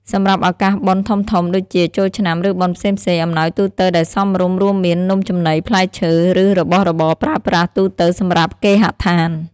សម្រាប់ឱកាសបុណ្យធំៗដូចជាចូលឆ្នាំ ឬបុណ្យផ្សេងៗ អំណោយទូទៅដែលសមរម្យរួមមាន នំចំណី ផ្លែឈើ ឬ របស់របរប្រើប្រាស់ទូទៅសម្រាប់គេហដ្ឋាន។